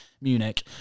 Munich